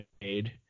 made